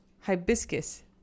Hibiscus